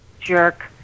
jerk